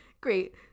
great